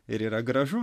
ir yra gražu